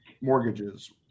mortgages